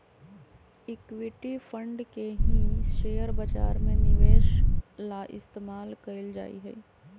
equity fund के ही share बाजार में निवेश ला इस्तेमाल कइल जाहई